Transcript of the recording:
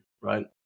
Right